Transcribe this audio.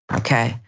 okay